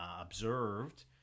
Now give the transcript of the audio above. observed